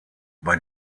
bei